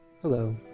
Hello